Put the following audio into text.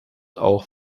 auch